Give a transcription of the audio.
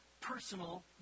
personal